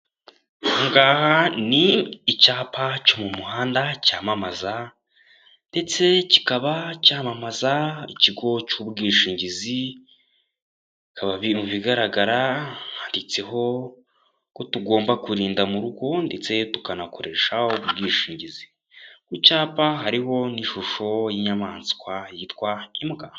Aha ngaha ni icyapa cyo mu muhanda cyamamaza ndetse kikaba cyamamaza ikigo cy'ubwishingizi, bikaba mu bigaragara handitseho ko tugomba kurinda mu rugo ndetse tukanakoresha ubwishingizi. Ku cyapa hariho n'ishusho y'inyamaswa yitwa imbwa.